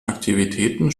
aktivitäten